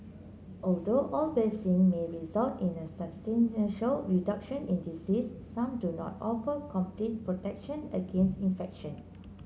although all vaccine may result in a substantial reduction in disease some do not offer complete protection against infection